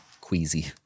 Queasy